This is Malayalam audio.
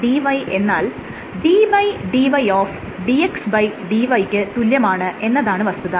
dudy എന്നാൽ ddy dxdy ക്ക് തുല്യമാണ് എന്നതാണ് വസ്തുത